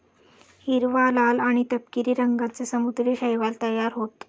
हिरवा, लाल आणि तपकिरी रंगांचे समुद्री शैवाल तयार होतं